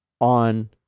on